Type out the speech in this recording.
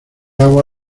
agua